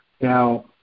Now